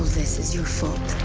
this is your fault.